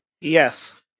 Yes